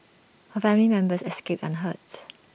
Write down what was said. her family members escaped unhurt